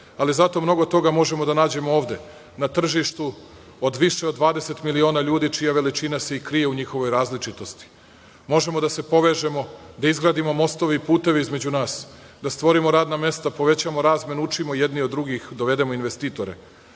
ali zato mnogo toga možemo da nađemo ovde na tržištu od više od 20 miliona ljudi čija veličina se i krije u različitosti. Možemo da se povežemo, da izgradimo mostove i puteve između nas, da stvorimo radna mesta, povećamo razmenu, učimo jedni od drugih, dovedemo investitore.